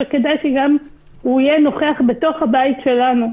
ודאי שיהיה נוכח גם בתוך הבית שלנו,